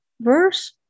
Verse